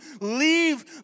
leave